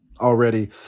already